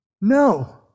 No